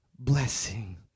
Blessing